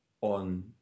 on